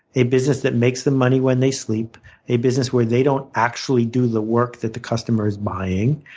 a business that makes them money when they sleep a business where they don't actually do the work that the customer is buying,